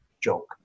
joke